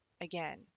again